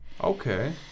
Okay